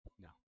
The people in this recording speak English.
No